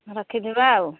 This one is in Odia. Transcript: ରଖିଦେବା ଆଉ